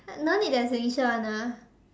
no need their signature [one] ah